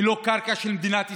היא לא קרקע של מדינת ישראל,